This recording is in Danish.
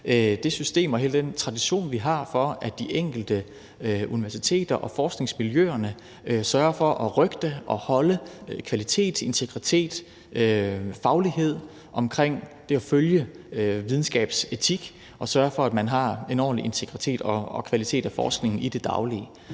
det system og hele den tradition, vi har, for, at de enkelte universiteter og forskningsmiljøer sørger for at røgte og holde kvalitet, integritet og faglighed omkring det at følge videnskabsetik og sørge for, at man har en ordentlig integritet og kvalitet af forskningen i det daglige.